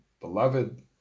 beloved